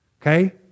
Okay